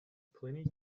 pliny